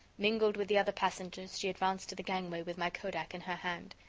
mingled with the other passengers, she advanced to the gangway with my kodak in her hand.